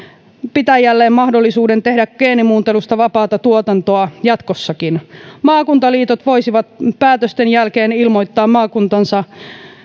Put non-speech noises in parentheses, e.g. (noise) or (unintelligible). pitäjälleen mahdollisuuden tehdä geenimuuntelusta vapaata tuotantoa jatkossakin maakuntaliitot voisivat päätösten jälkeen ilmoittaa maakuntansa (unintelligible)